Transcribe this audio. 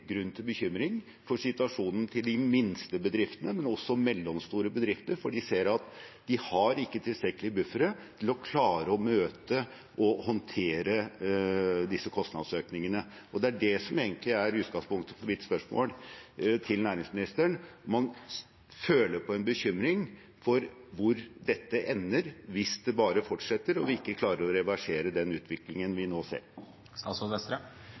grunn til bekymring for situasjonen til de minste bedriftene, men også til de mellomstore bedriftene, for de ser at de ikke har tilstrekkelig buffere til å klare å møte og håndtere disse kostnadsøkningene. Det er det som egentlig er utgangspunktet for mitt spørsmål til næringsministeren; man føler på en bekymring for hvor dette ender hvis det bare fortsetter og vi ikke klarer å reversere den utviklingen vi nå ser.